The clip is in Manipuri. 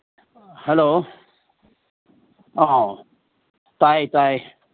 ꯍꯜꯂꯣ ꯑꯥꯎ ꯇꯥꯏ ꯇꯥꯏ